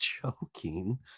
joking